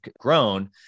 grown